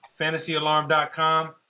fantasyalarm.com